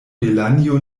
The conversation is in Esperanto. delanjo